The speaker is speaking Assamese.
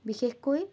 বিশেষকৈ